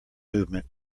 movement